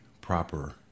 proper